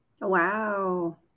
Wow